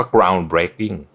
Groundbreaking